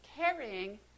carrying